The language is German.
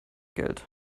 geld